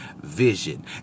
vision